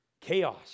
chaos